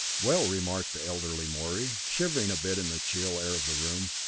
well, remarked the elderly morey, shivering a bit in the chill air of the room,